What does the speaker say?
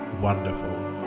wonderful